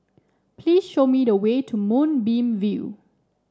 please show me the way to Moonbeam View